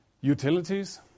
Utilities